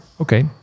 okay